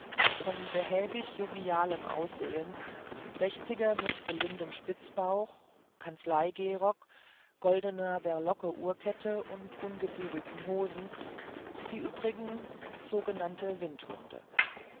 von behäbig jovialem aussehen sechziger mit gelindem spitzbauch kanzleigehrock goldener berlocke uhrkette und ungebügelten hosen die übrigen sogenannte windhunde